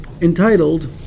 entitled